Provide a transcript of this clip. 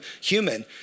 human